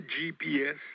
GPS